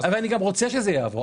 אבל אני גם רוצה שזה יעבור.